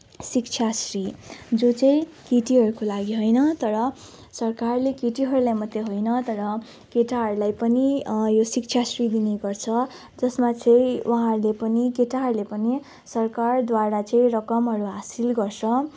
शिक्षाश्री जो चाहिँ केटीहरूको लागि होइन तर सरकारले केटीहरूलाई मात्रै होइन तर केटाहरूलाई पनि यो शिक्षाश्री दिने गर्छ जसमा चाहिँ उहाँहरूले पनि केटाहरूले पनि सरकारद्वारा चाहिँ रकमहरू हासिल गर्छ